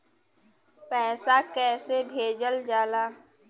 पैसा कैसे भेजल जाला?